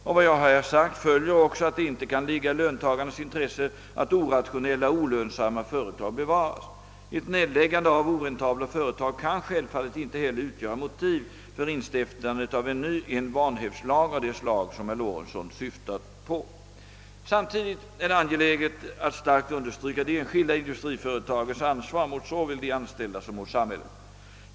Av vad jag här sagt följer också att det inte kan ligga i löntagarnas intresse att orationella och olönsamma företag bevaras. Ett nedläggande av oräntabla företag kan självfallet inte heller utgöra motiv för instiftandet av en vanhävdslag av det slag som herr Lorentzon syftar på. Samtidigt är det angeläget att starkt understryka de enskilda industriföretagens ansvar mot såväl de anställda som samhället.